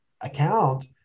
account